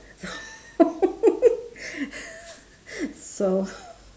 so